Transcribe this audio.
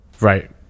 right